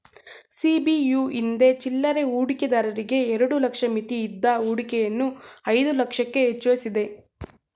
ಸಿ.ಬಿ.ಯು ಹಿಂದೆ ಚಿಲ್ಲರೆ ಹೂಡಿಕೆದಾರರಿಗೆ ಎರಡು ಲಕ್ಷ ಮಿತಿಯಿದ್ದ ಹೂಡಿಕೆಯನ್ನು ಐದು ಲಕ್ಷಕ್ಕೆ ಹೆಚ್ವಸಿದೆ